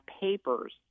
papers